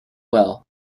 well